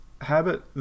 habit